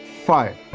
fired